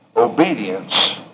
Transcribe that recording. obedience